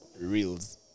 reels